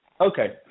Okay